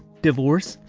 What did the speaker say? divorce,